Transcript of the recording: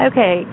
Okay